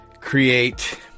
create